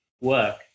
work